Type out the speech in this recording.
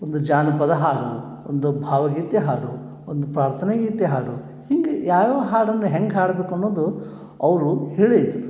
ಒಂದು ಜಾನಪದ ಹಾಡು ಒಂದು ಭಾವಗೀತೆ ಹಾಡು ಒಂದು ಪ್ರಾರ್ಥನೆ ಗೀತೆ ಹಾಡು ಹಿಂಗೆ ಯಾವ್ಯಾವ ಹಾಡನ್ನ ಹೆಂಗೆ ಹಾಡ್ಬೇಕು ಅನ್ನೋದು ಅವರು ಹೇಳೇ ಇದ್ದರು